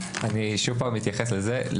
אני שוב אתייחס לזה.